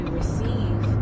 receive